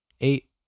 eight